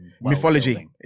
Mythology